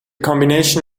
combination